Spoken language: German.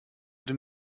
den